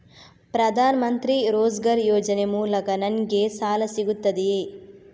ಪ್ರದಾನ್ ಮಂತ್ರಿ ರೋಜ್ಗರ್ ಯೋಜನೆ ಮೂಲಕ ನನ್ಗೆ ಸಾಲ ಸಿಗುತ್ತದೆಯೇ?